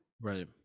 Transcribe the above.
Right